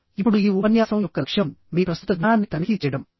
ఇప్పుడు ఈ ఉపన్యాసం యొక్క లక్ష్యం మీ ప్రస్తుత జ్ఞానాన్ని తనిఖీ చేయడం